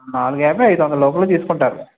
నాలుగు యాభై ఐదు వందల లోపల తీసుకుంటారు